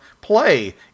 play